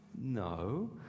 no